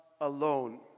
alone